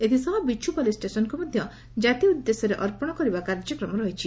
ଏଥିସହ ବିଛୁପାଲି ଷେସନକୁ ମଧ୍ଧ କାତି ଉଦ୍ଦେଶ୍ୟରେ ଅର୍ପଣ କରିବାର କାର୍ଯ୍ୟକ୍ରମ ରହିଛି